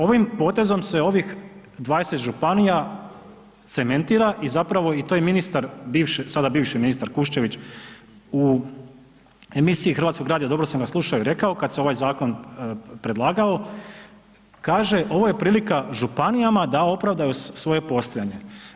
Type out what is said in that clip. Ovim potezom se ovih 20 županija cementira i zapravo i to je ministar, sada bivši ministar Kuščević u emisiji Hrvatskoga radija dobro sam ga slušao i rekao kad se ovaj zakon predlagao, kaže ovo je prilika županijama da opravdaju svoje postojanje.